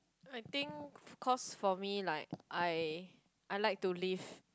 I think because for me like I I like to live